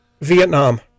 Vietnam